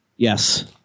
Yes